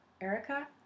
Erica